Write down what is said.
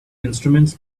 instruments